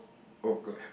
oh good